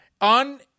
on